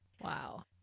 Wow